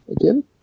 again